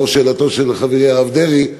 לאור שאלתו של חברי הרב דרעי,